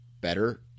better